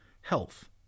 health